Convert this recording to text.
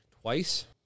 twice